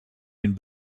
den